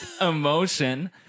emotion